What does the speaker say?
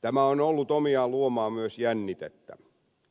tämä on ollut omiaan luomaan myös jännitettä